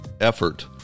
effort